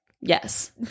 Yes